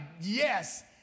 yes